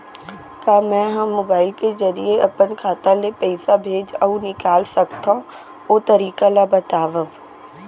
का मै ह मोबाइल के जरिए अपन खाता ले पइसा भेज अऊ निकाल सकथों, ओ तरीका ला बतावव?